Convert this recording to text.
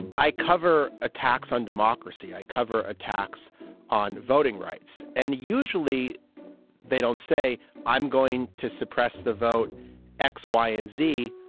i cover attacks on democracy. i cover attacks on voting rights, and usually they don't say i'm going to suppress the vote x, y and z,